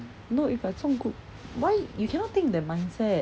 no if I 中 group why you cannot think in that mindset